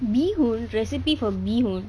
bee hoon recipe for bee hoon